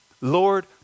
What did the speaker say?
Lord